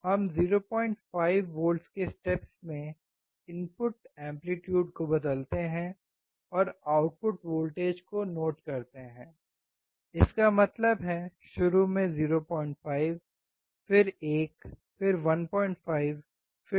हम 05 वोल्ट के स्टेप्स में इनपुट एम्पलीट्यूड को बदलते हैं और आउटपुट वोल्टेज को नोट करते हैं इसका मतलब है शुरू में 05 फिर 1 फिर 15 और फिर 2 25